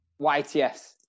YTS